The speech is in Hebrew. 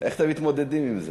איך אתם מתמודדים עם זה?